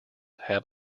have